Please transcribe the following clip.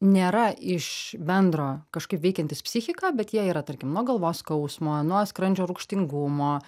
nėra iš bendro kažkaip veikiantys psichiką bet jie yra tarkim nuo galvos skausmo nuo skrandžio rūgštingumo